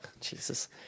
jesus